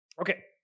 Okay